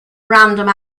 random